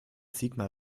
sigmar